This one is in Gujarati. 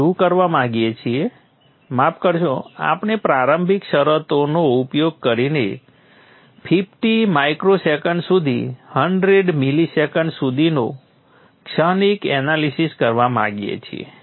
આપણે શું કરવા માંગીએ છીએ માફ કરશો આપણે પ્રારંભિક શરતોનો ઉપયોગ કરીને 50 માઇક્રોસેકન્ડ સુધી 100 મિલીસેકન્ડ સુધીનો ક્ષણિક એનાલિસીસ કરવા માંગીએ છીએ